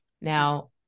now